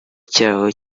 cyawo